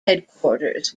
headquarters